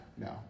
no